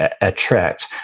attract